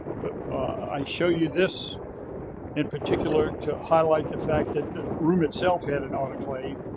but i show you this in particular to highlight the fact that the room itself had an autoclave.